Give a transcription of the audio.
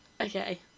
Okay